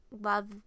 love